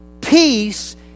peace